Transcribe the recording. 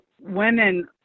women